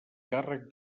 càrrec